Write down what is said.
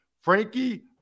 Frankie